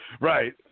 Right